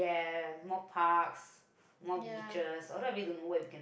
ya